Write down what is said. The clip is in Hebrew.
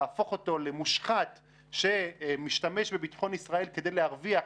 להפוך אותו למושחת שמשתמש בביטחון ישראל כדי להרוויח,